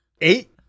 eight